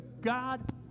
God